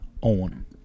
on